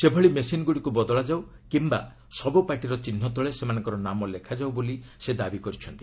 ସେଭଳି ମେସିନ୍ଗୁଡ଼ିକୁ ବଦଳାଯାଉ କିମ୍ବା ସବୁ ପାର୍ଟିର ଚିହ୍ ତଳେ ସେମାନଙ୍କର ନାମ ଲେଖା ଯିଉ ବୋଲି ସେ ଦାବି କରିଛନ୍ତି